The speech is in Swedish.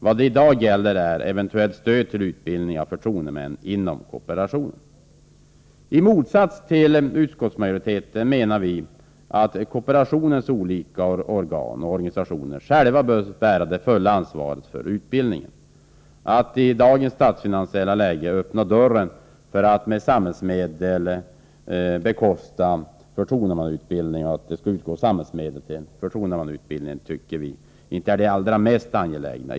Vad det i dag gäller är eventuellt stöd till utbildning av förtroendemän inom kooperationen. I motsats till utskottsmajoriteten menar vi att kooperationens olika organisationer själva bör bära det fulla ansvaret för utbildningen. Att i dagens statsfinansiella läge öppna dörren för att samhällsmedel skall utgå till förtroendemannautbildningen tycker vi inte är det mest angelägna.